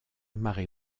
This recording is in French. marée